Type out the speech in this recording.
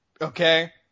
okay